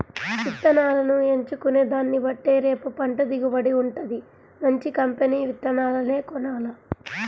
ఇత్తనాలను ఎంచుకునే దాన్నిబట్టే రేపు పంట దిగుబడి వుంటది, మంచి కంపెనీ విత్తనాలనే కొనాల